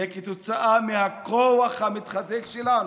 זה, כתוצאה מהכוח המתחזק שלנו.